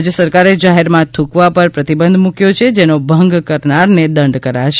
રાજય સરકારે જાહેરમાં થૂંકવા પર પ્રતિબંધ મુક્વો છે જેનો ભંગ કરનારને દંડ કરાશે